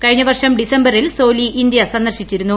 കഴിഞ്ഞവർഷം ഡിസംബറിൽ സോലി ഇന്ത്യ സന്ദർശിച്ചിരുന്നു